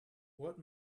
what